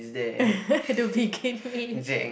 to begin with